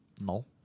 No